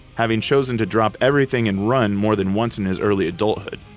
having chosen to drop everything and run more than once in his early adulthood.